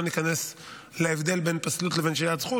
לא ניכנס להבדל בין פסלות לבין שלילת זכות.